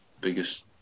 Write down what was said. biggest